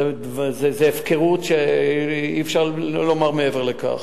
זו הפקרות שאי-אפשר, לא לומר מעבר לכך.